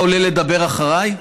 אתה עולה לדבר אחריי